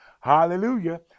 hallelujah